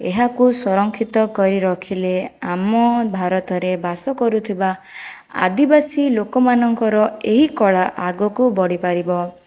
ଏହାକୁ ସଂରକ୍ଷିତ କରି ରଖିଲେ ଆମ ଭାରତରେ ବାସ କରୁଥିବା ଆଦିବାସୀ ଲୋକମାନଙ୍କର ଏହି କଳା ଆଗକୁ ବଢ଼ି ପାରିବ